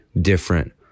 different